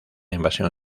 invasión